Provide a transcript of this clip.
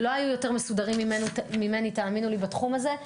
תאמינו לי, לא היו יותר מסודרים ממני בתחום הזה.